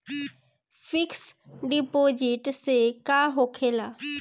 Fix deposit से का होखे ला?